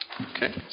Okay